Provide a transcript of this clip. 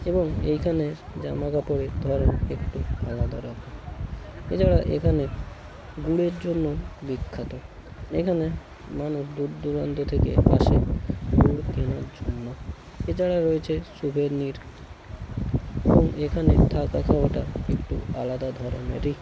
এবং এইখানের জামা কাপড়ের ধরন একটু আলাদা রকম এছাড়া এখানে গুড়ের জন্য বিখ্যাত এখানে মানুষ দূর দূরান্ত থেকে আসে গুড় কেনার জন্য এছাড়াও রয়েছে সুভেনির এবং এখানে থাকা খাওয়াটা একটু আলাদা ধরনেরই